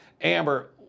Amber